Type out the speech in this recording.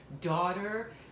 daughter